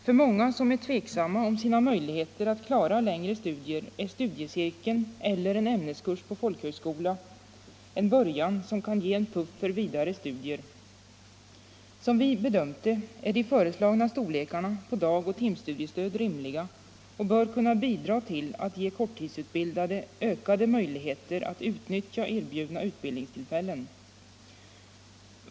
För många som är tveksamma om sina möjligheter att klara längre studier är studiecirkeln eller en ämneskurs på folkhögskolan en början som kan ge en puff för vidare studier. Som vi har bedömt det är de föreslagna storlekarna på dagoch timstudiestöd rimliga och bör kunna bidra till att ge korttidsutbildade ökade möjligheter att utnyttja erbjudna utbildningstillfällen.